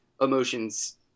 emotions